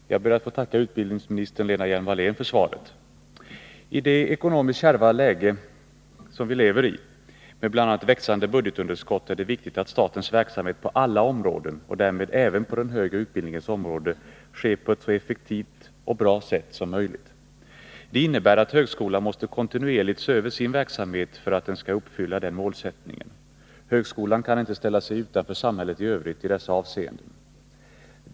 Herr talman! Jag ber att få tacka utbildningsministern Lena Hjelm-Wallén för svaret. I det ekonomiskt kärva läge som vi lever i, med bl.a. växande budgetunderskott, är det viktigt att statens verksamhet på alla områden — därmed även på den högre utbildningens område — sker på ett så effektivt och bra sätt som möjligt. Det innebär att högskolan kontinuerligt måste se över sin verksamhet för att den skall uppfylla detta mål. Högskolan kan inte ställa sig utanför samhället i övrigt i dessa avseenden.